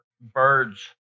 birds